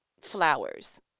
flowers